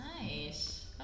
nice